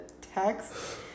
text